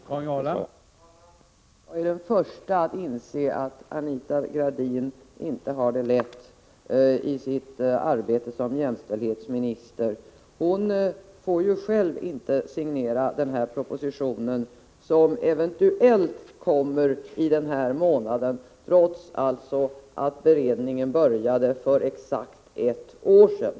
Herr talman! Jag är den första att inse att Anita Gradin inte har det lätt i sitt arbete som jämställdhetsminister. Hon får ju inte själv signera propositionen, som eventuellt kommer denna månad, trots att beredningen alltså började för exakt ett år sedan.